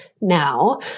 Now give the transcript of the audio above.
now